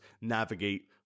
navigate